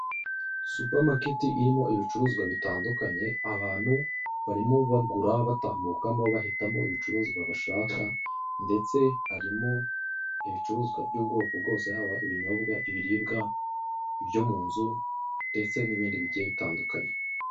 Supamaketi irimo ibicuruzwa bitandukanye, abantu barimo bagura, batambukamo, bahitamo icuruzwa bashaka, ndetse harimo ibicuruzwa by'ubwoko bwose haba ibinyobwa, ibiribwa, ibyo mu nzu, ndetse n'ibindi bigiye bitandukanye.